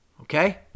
okay